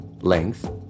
length